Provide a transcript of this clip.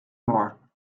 more